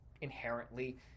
inherently